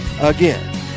Again